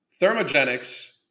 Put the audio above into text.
thermogenics